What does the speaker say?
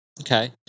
Okay